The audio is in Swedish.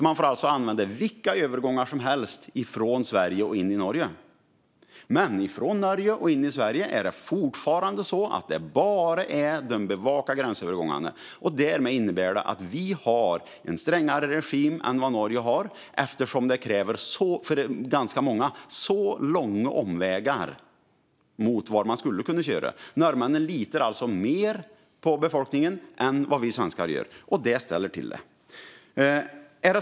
Man får alltså använda vilka övergångar som helst från Sverige in i Norge. Men från Norge in i Sverige är det fortfarande bara de bevakade gränsövergångarna som gäller. Det innebär att vi har en strängare regim än vad Norge har, eftersom det för ganska många kräver långa omvägar jämfört med var man skulle kunna köra. Norrmännen litar alltså mer på befolkningen än vad vi svenskar gör, och det ställer till det.